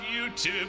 YouTube